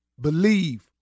Believe